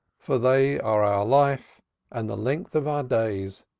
for they are our life and the length of our days,